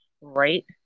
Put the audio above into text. right